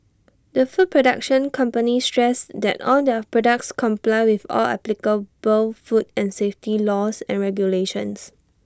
the food production company stressed that all their products comply with all applicable food and safety laws and regulations